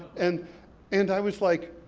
and and i was, like,